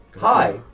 hi